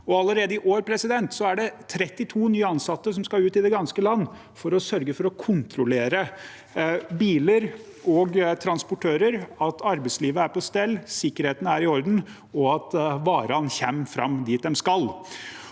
Allerede i år er det 32 nye ansatte som skal ut i det ganske land for å sørge for å kontrollere biler og transportører, at arbeidslivet er på stell, at sikkerheten er i orden, og at varene kommer fram dit de skal.